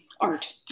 art